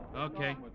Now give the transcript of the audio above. Okay